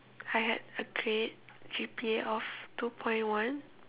I had a grade G_P_A of two point one